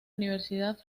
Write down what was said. universidad